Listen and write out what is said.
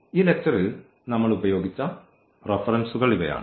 ഈ ലെക്ച്ചറിൽ നമ്മൾ ഉപയോഗിച്ച റഫറൻസുകൾ ഇവയാണ്